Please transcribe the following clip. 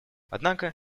однако